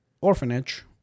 orphanage